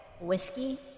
whiskey